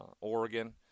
Oregon